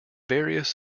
various